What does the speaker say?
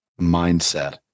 mindset